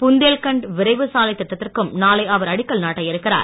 புந்தேல்கண்ட் விரைவு சாலை திட்டத்திற்கும் நாளை அவர் அடிக்கல் நாட்ட இருக்கிறார்